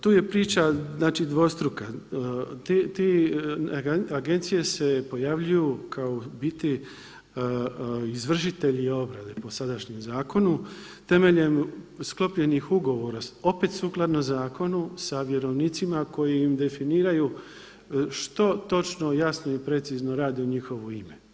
Tu je priča znači dvostruka, te agencije se pojavljuju kao u biti izvršitelji obrade po sadašnjem zakonu, temeljem sklopljenih ugovora opet sukladno zakonu sa vjerovnicima koji im definiraju što točno jasno i precizno rade u njihovo ime.